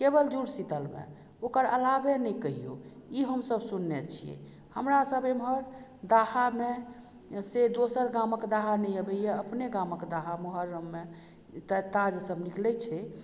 केवल जूड़शीतलमे ओकर अलावे नहे कहियो ई हमसभ सुनने छियै हमरा सब एमहर दाहामे से दोसर गामक दाहा नहि अबैए अपने गामक दाहा मोहर्रममे ताज सब निकले छै